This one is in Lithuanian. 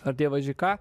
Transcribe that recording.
ar dievaži ką